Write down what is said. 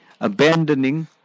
abandoning